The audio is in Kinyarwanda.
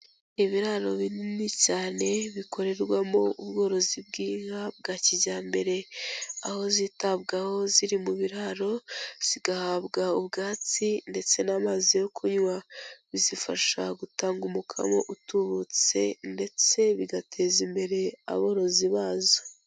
Ibiraro binini cyane bikorerwamo ubworozi bw'inka bwa kijyambere, aho zitabwaho ziri mu biraro zigahabwa ubwatsi ndetse n'amazi yo kunywa, bizifasha gutanga umukamo utubutse ndetse bigateza imbere aborozi bazo.